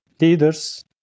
leaders